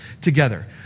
together